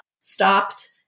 stopped